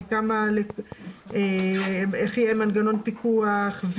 איך יהיה מנגנון הפיקוח,